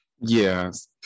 Yes